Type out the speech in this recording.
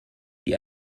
die